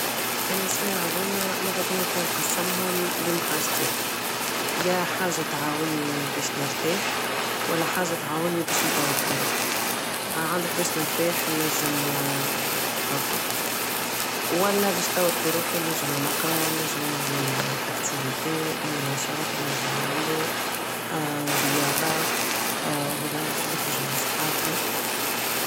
انا سوايع هدوما مدابيا كي نقسمهم بين حاجتين يا حاجة تعاوني بش نرتاح و لا حاجة تعاوني باش نطور في روحي اما عندك بش نرتاح نجم just نرقد ولا بش نطور في روحي نجم نقرا نجم نعمل activité اي نشاط نجم نعملو رياضة ولا نخرج مع صحابي